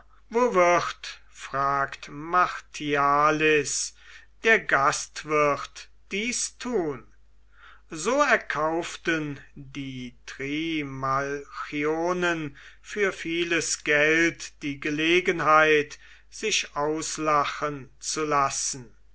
wo wird fragt der gastwirt dies tun so erkauften die trimalchionen für vieles geld die gelegenheit sich auslachen zu lassen